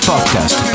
Podcast